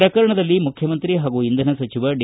ಪ್ರಕರಣದಲ್ಲಿ ಮುಖ್ಯಮಂತ್ರಿ ಹಾಗೂ ಇಂಧನ ಸಚಿವ ಡಿ